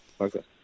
okay